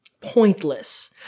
pointless